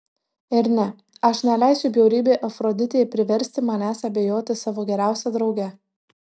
ir ne aš neleisiu bjaurybei afroditei priversti manęs abejoti savo geriausia drauge